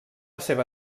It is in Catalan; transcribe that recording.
seva